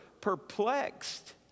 perplexed